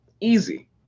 easy